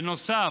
בנוסף,